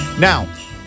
Now